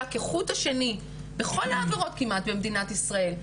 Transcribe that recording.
כחוט השני בכל העבירות כמעט במדינת ישראל,